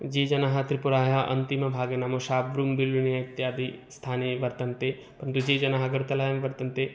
ये जनाः त्रिपुरायाः अन्तिमभागे नाम शावृङ्ग्वेलुन इत्यादिस्थाने वर्तन्ते किंतु ये जनाः अगर्तलायां वर्तन्ते